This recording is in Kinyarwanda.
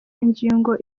ingingo